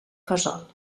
fesol